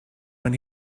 when